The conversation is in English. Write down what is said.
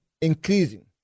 increasing